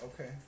Okay